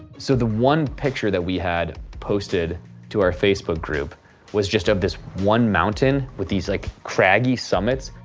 so the one picture that we had posted to our facebook group was just of this one mountain with these like craggy summits.